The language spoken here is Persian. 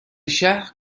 شهر